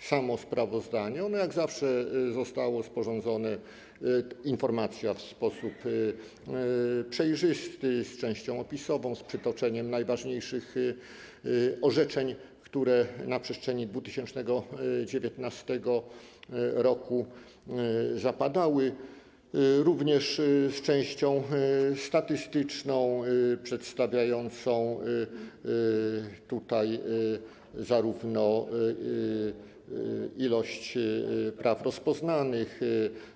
samo sprawozdanie, ono jak zawsze zostało sporządzone, informacja została sporządzona w sposób przejrzysty, z częścią opisową, z przytoczeniem najważniejszych orzeczeń, które na przestrzeni 2019 r. zapadały, również z częścią statystyczną przedstawiającą ilość praw rozpoznanych